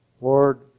Lord